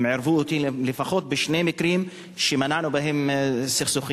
הם עירבו אותי לפחות בשני מקרים שמנעו בהם סכסוכים,